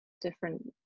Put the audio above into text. different